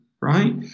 Right